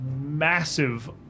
massive